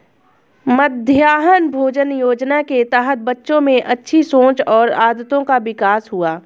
मध्याह्न भोजन योजना के तहत बच्चों में अच्छी सोच और आदतों का विकास हुआ